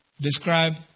describe